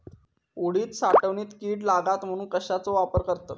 उडीद साठवणीत कीड लागात म्हणून कश्याचो वापर करतत?